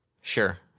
Sure